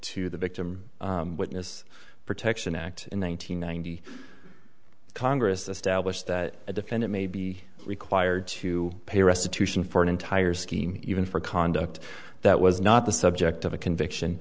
to the victim witness protection act in one nine hundred ninety congress established that a defendant may be required to pay restitution for an entire scheme even for conduct that was not the subject of a conviction